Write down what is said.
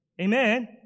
Amen